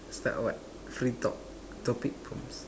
start what free talk topic prompts